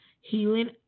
healing